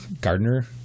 Gardner